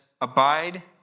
abide